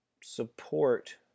support